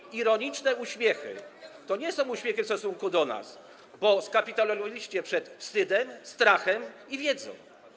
I ironiczne uśmiechy to nie są uśmiechy w stosunku do nas, bo skapitulowaliście przed wstydem, strachem i wiedzą.